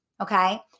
Okay